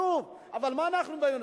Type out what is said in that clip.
חשוב, אבל מה אנחנו באים ואומרים?